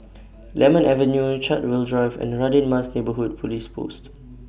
Lemon Avenue Chartwell Drive and Radin Mas Neighbourhood Police Post